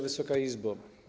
Wysoka Izbo!